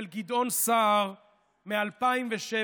של גדעון סער מ-2007,